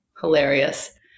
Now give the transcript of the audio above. Hilarious